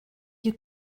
you